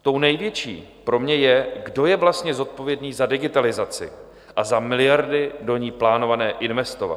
Tou největší pro mě je, kdo je vlastně zodpovědný za digitalizaci a za miliardy do ní plánované investovat.